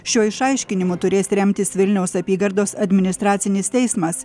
šiuo išaiškinimu turės remtis vilniaus apygardos administracinis teismas